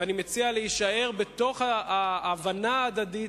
אני מציע להישאר בתוך ההבנה ההדדית,